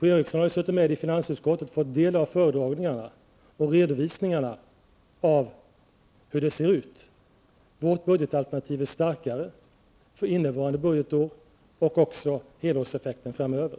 P-O Eriksson har ju suttit med i finansutskottet och fått del av föredragningarna och redovisningarna av hur det ser ut. Vårt budgetalternativ är starkare för innevarande budgetår, och detsamma gäller helårseffekten framöver.